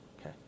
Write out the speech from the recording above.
okay